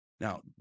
Now